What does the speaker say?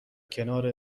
کنار